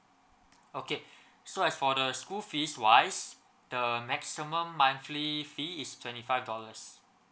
okay so as for the school fees wise the maximum monthly fee is twenty five dollars